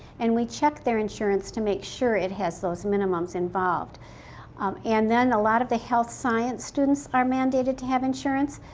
and we check their insurance to make sure it has those minimums involved. um and then a lot of the health science students are mandated to have insurance,